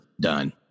done